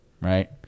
right